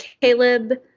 Caleb